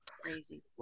Crazy